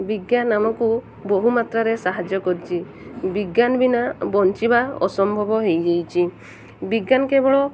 ବିଜ୍ଞାନ ଆମକୁ ବହୁ ମାତ୍ରାରେ ସାହାଯ୍ୟ କରିଛି ବିଜ୍ଞାନ ବିନା ବଞ୍ଚିବା ଅସମ୍ଭବ ହେଇଯାଇଛି ବିଜ୍ଞାନ କେବଳ